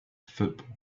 football